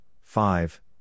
five